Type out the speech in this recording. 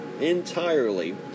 entirely